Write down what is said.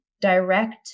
direct